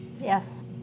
Yes